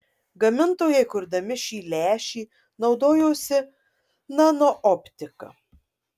gamintojai kurdami šį lęšį naudojosi nanooptika